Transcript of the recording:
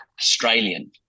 Australian